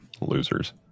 Losers